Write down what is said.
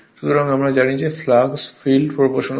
সুতরাং আমরা জানি যে ফ্লাক্স ফিল্ড প্রপ্রোশনাল